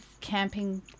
camping